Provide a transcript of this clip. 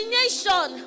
nation